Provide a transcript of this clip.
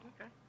Okay